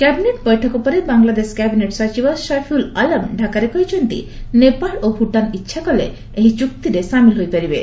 cabinet ବୈଠକ ପରେ Bangladesh cabinet ସଚିବ ସଫିଉଲ୍ ଆଲମ ଢ଼ାକାରେ କହିଛନ୍ତି ନେପାଳ ଓ ଭ୍ତଟାନ ଇଚ୍ଛାକଲେ ଏହି ଚୁକ୍ତିରେ ସାମିଲ ହୋଇପାରିବେ